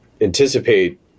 anticipate